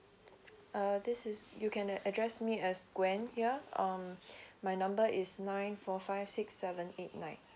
err this is you can address me as gwen here um my number is nine four five six seven eight night